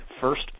first